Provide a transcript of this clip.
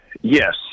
Yes